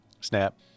Snap